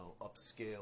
upscale